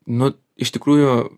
nu iš tikrųjų